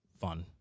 fun